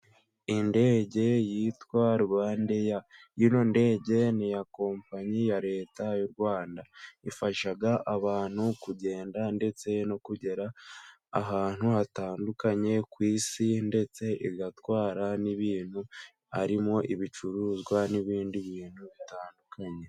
Indege yitwa Rwanda eya ,ino ndege n'iya kompanyi ya leta y'u Rwanda ifashaga abantu kugenda ndetse no kugera ahantu hatandukanye ku isi, ndetse igatwara n'ibintu harimo ibicuruzwa n'ibindi bintu bitandukanye.